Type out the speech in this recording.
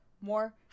more